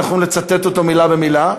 אנחנו נצטט אותו מילה במילה,